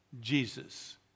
Jesus